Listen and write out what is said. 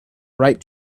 write